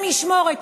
במשמורת,